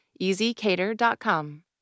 EasyCater.com